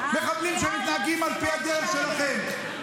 מחבלים שמתנהגים על פי הדרך שלכם.